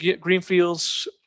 greenfields